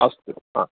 अस्तु